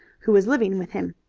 who was living with him.